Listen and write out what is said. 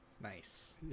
Nice